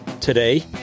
today